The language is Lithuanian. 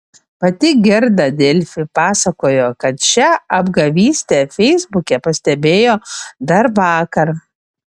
pati gerda delfi pasakojo kad šią apgavystę feisbuke pastebėjo dar vakar